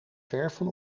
verven